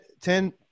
ten